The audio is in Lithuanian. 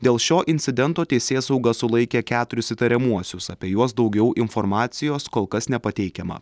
dėl šio incidento teisėsauga sulaikė keturis įtariamuosius apie juos daugiau informacijos kol kas nepateikiama